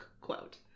quote